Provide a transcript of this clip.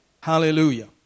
Hallelujah